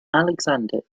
alexander